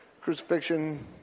crucifixion—